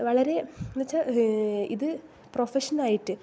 വളരെ എന്ന് വച്ചാൽ ഇത് പ്രൊഫഷൻ ആയിട്ട്